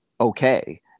okay